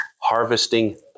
harvesting